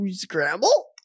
Scramble